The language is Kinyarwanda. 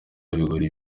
ibigori